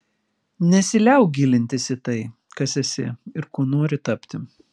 nesiliauk gilintis į tai kas esi ir kuo nori tapti